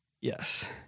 Yes